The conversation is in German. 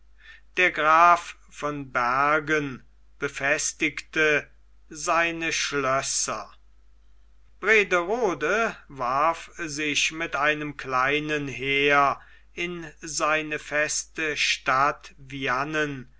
der graf von bergen befestigte seine schlösser brederode warf sich mit einem kleinen heere in seine feste stadt